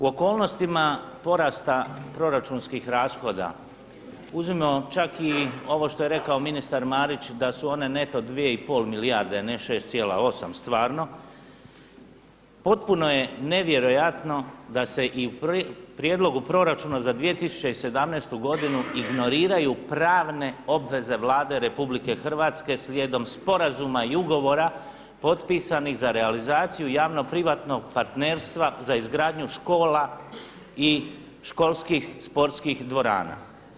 U okolnostima porasta proračunskih rashoda uzimamo čak i ovo što je rekao ministar Marić da su one neto 2,5 milijarde a ne 6,8 stvarno, potpuno je nevjerojatno da se i u prijedlogu proračuna za 2017. godinu ignoriraju pravne obveze Vlade RH slijedom sporazuma i ugovora potpisanih za realizaciju javno-privatnog partnerstva za izgradnju škola i školskih sportskih dvorana.